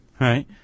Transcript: Right